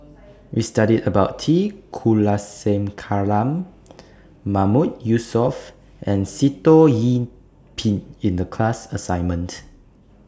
We studied about T Kulasekaram Mahmood Yusof and Sitoh Yih Pin in The class assignment